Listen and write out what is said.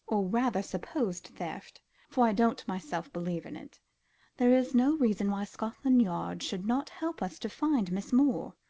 or rather supposed theft for i don't myself believe in it there is no reason why scotland yard should not help us to find miss moore.